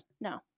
No